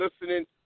listening